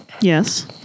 Yes